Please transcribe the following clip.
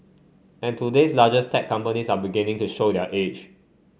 and today's largest tech companies are beginning to show their age